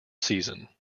season